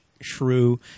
shrew